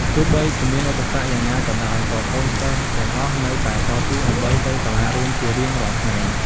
ទោះបីជាមានឧបសគ្គយ៉ាងណាក៏ដោយ ក៏កូនសិស្សទាំងអស់នៅតែតស៊ូ ដើម្បីទៅសាលារៀនជារៀងរាល់ថ្ងៃ។